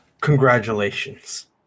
Congratulations